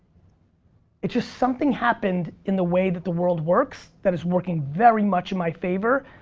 it's just, something happened in the way that the world works, that is working very much in my favor.